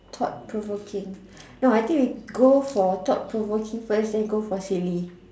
thought provoking no I think we go for thought provoking first then go for silly